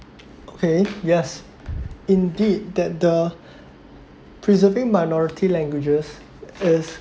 okay yes indeed that the preserving minority languages as